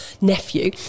nephew